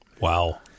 Wow